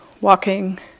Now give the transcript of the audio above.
walking